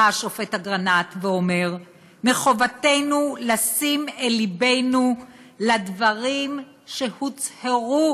בא השופט אגרנט ואומר: "מחובתנו לשים את לבנו לדברים שהוצהרו"